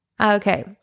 Okay